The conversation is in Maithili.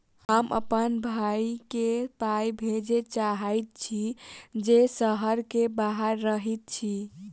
हम अप्पन भयई केँ पाई भेजे चाहइत छि जे सहर सँ बाहर रहइत अछि